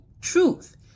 truth